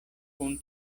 kun